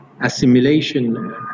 assimilation